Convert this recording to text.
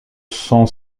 son